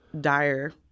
dire